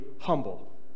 humble